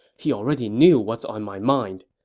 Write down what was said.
he already knew what's on my mind.